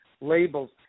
labels